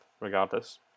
regardless